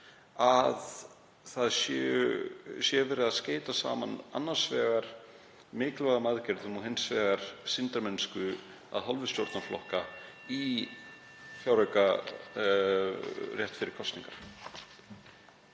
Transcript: að verið sé að skeyta saman annars vegar mikilvægum aðgerðum og hins vegar sýndarmennsku af hálfu stjórnarflokka í fjárauka rétt fyrir kosningar?